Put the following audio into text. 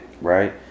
right